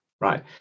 Right